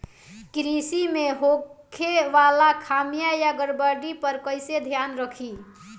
कृषि में होखे वाला खामियन या गड़बड़ी पर कइसे ध्यान रखि?